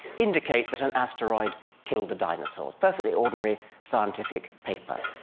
indicate that an asteroid killed the dinosaurs. perfectly ordinary scientific paper.